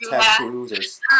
tattoos